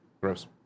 Gross